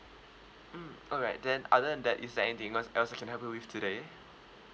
mm alright then other than that is there anything el~ else I can help you with today